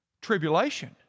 Tribulation